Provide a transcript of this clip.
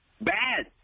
bad